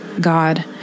God